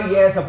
Yes